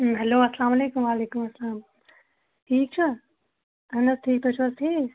hello اسلامُ علیکُم وعلیکُم اسلام ٹھیٖک چھوا اَہن حظ ٹھیٖک تُہۍ چھُو حظ ٹھیٖک